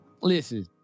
Listen